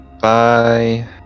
bye